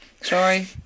Sorry